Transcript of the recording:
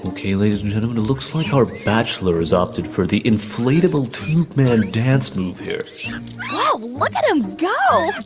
and ok, ladies and kind of gentlemen, it looks like our bachelor has opted for the inflatable tube man dance move here whoa, look at him go.